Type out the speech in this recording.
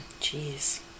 Jeez